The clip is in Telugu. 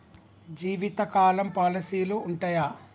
జీవితకాలం పాలసీలు ఉంటయా?